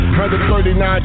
139